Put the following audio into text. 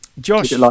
Josh